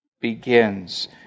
begins